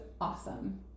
awesome